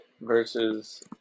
versus